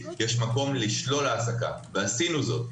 יש מקום לשלול העסקה ועשינו זאת.